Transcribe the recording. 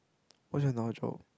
what's your